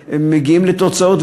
בספורטאים שמגיעים לתוצאות,